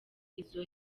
izo